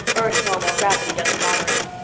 earth-normal gravity doesn't bother him.